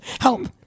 Help